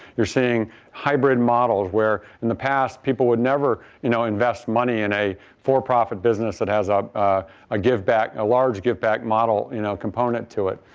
you're seeing hybrid models where in the past people would never you know invest money in a for-profit business that has ah a giveback a large giveback model you know component to it.